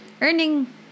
earning